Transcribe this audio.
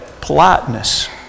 politeness